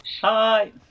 Hi